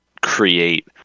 create